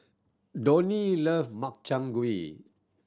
Donny love Makchang Gui